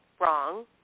wrong